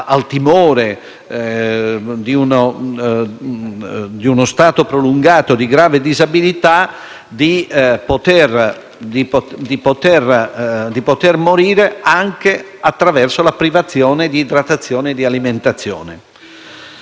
al timore di uno stato prolungato di grave disabilità, di poter morire anche attraverso la privazione di idratazione e alimentazione.